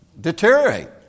deteriorate